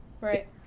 Right